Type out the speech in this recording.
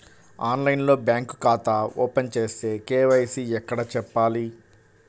ఆన్లైన్లో బ్యాంకు ఖాతా ఓపెన్ చేస్తే, కే.వై.సి ఎక్కడ చెప్పాలి?